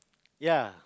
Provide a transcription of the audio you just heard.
ya